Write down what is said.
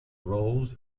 roles